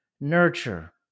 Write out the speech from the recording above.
nurture